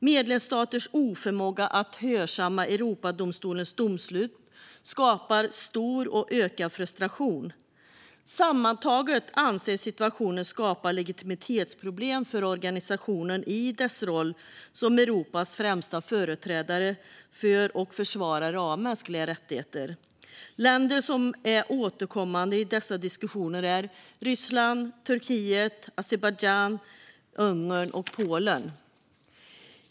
Medlemsstaters oförmåga att hörsamma Europadomstolens domslut skapar stor och ökad frustration. Sammantaget anses situationen skapa legitimitetsproblem för organisationen i dess roll som Europas främsta företrädare för och försvarare av mänskliga rättigheter. Länder som är återkommande i dessa diskussioner är Ryssland, Turkiet, Azerbajdzjan, Ungern och Polen.